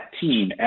team